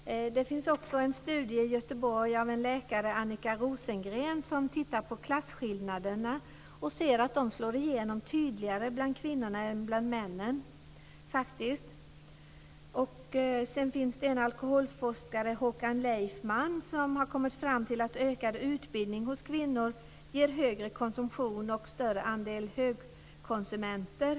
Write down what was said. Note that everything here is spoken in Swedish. Det finns också en studie i Göteborg av en läkare, Annika Rosengren, som visar att klasskillnaderna slår igenom tydligare bland kvinnorna än bland männen. Alkoholforskaren Håkan Leifman har kommit fram till att ökad utbildning hos kvinnor ger högre konsumtion och större andel högkonsumenter.